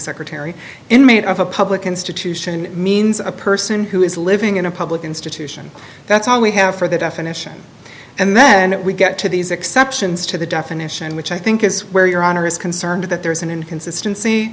secretary inmate of a public institution means a person who is living in a public institution that's all we have for the definition and then we get to these exceptions to the definition which i think is where your honor is concerned that there's an inconsistency